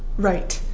right,